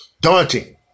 daunting